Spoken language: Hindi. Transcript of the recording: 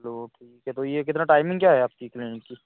चलो ठीक है तो यह कितना टाइमिन्ग क्या है आपकी क्लीनिन्ग की